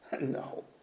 No